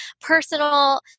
personal